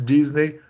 Disney